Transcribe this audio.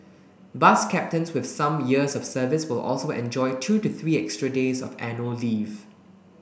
bus captains with some years of service will also enjoy two to three extra days of annual leave